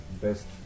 best